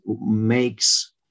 makes